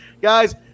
Guys